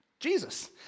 Jesus